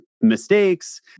mistakes